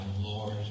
Lord